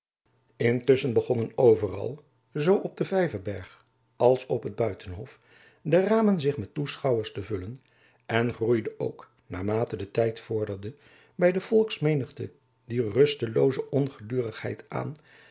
intusschen begonnen overal zoo op den vijverberg als op het buitenhof de ramen zich met toeschouwers te vullen en groeide ook naarmate de tijd vorderde by de volksmenigte die rustelooze ongedurigheid aan